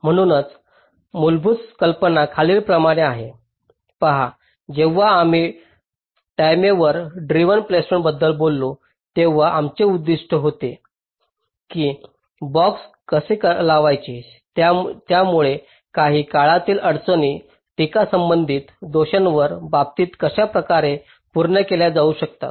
म्हणूनच मूलभूत कल्पना खालीलप्रमाणे आहे पहा जेव्हा आम्ही टाईमेवर ड्रिव्हन प्लेसमेंटबद्दल बोललो तेव्हा आमचे उद्दीष्ट हे होते की ब्लॉक्स कसे लावायचे ज्यामुळे काही काळातील अडचणी टीकासंबंधी दोषांच्या बाबतीत कशा प्रकारे पूर्ण केल्या जाऊ शकतात